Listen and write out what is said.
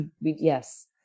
yes